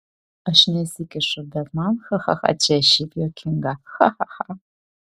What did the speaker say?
aš nesikišu bet man cha cha cha čia šiaip juokinga cha cha cha